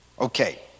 Okay